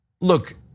look